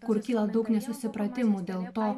kur kyla daug nesusipratimų dėl to